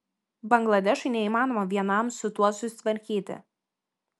bangladešui neįmanoma vienam su tuo susitvarkyti